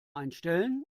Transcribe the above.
einstellen